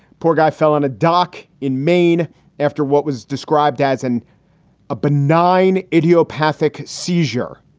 poor guy fell on a dock in maine after what was described as and a benign idiopathic seizure.